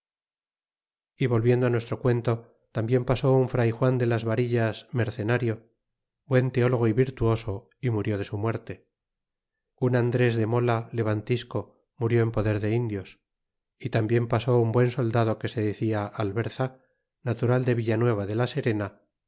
e volviendo nuestro cuento tambien pasó un fray juan de las varillas mercenario buen teologo y virtuoso é murió de su muerte un andres de mola levantisco murió en poder de indios e tambien pasó un buen soldado que se decia alberza natural de villanueva de las serena